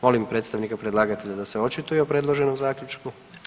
Molim predstavnika predlagatelja da se očituje o predloženom zaključku.